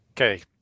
Okay